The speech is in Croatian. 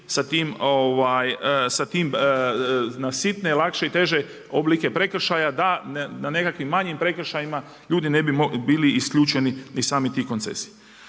sa tim na sitne, lakše i teže oblike prekršaja da na nekakvim manjim prekršajima ljudi ne bi bilo isključeni iz samih tih koncesija.